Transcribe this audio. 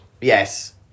Yes